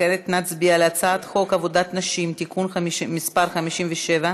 כעת נצביע על הצעת חוק עבודת נשים (תיקון מס' 57)